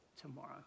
tomorrow